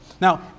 Now